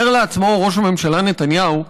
אומר לעצמו ראש הממשלה נתניהו: